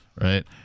right